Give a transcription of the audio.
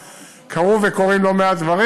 וקרו וקורים לא מעט דברים.